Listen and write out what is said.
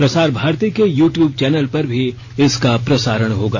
प्रसार भारती के YouTube channel पर भी इसका प्रसारण होगा